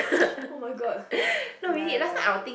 oh my god ya ya